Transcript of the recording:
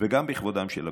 וגם בכבודם של הבדואים,